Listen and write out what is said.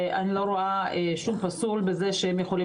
אני לא רואה שום פסול בזה שהם יוכלו